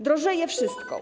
Drożeje wszystko.